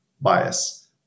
bias